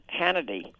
Hannity